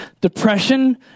Depression